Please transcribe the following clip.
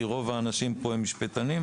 כי רוב האנשים פה הם משפטנים.